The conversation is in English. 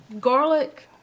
garlic